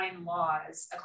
laws